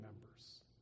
members